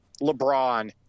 LeBron